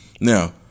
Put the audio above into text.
Now